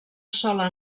sola